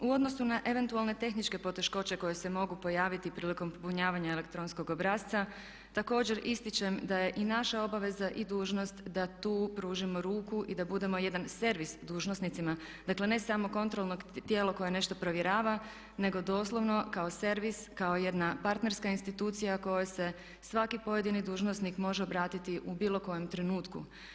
U odnosu na eventualne tehničke poteškoće koje se mogu pojaviti prilikom popunjavanja elektronskog obrasca, također ističem da je i naša obaveza i dužnost da tu pružimo ruku i da budemo jedan servis dužnosnicima dakle ne samo kontrolnog, tijelo koje nešto provjerava nego doslovno kao servis, kao jedna partnerska institucija kojoj se svaki pojedini dužnosnik može obratiti u bilo kojem trenutku.